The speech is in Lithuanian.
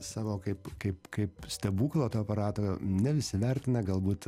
savo kaip kaip kaip stebuklo to aparato ne visi vertina galbūt